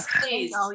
Please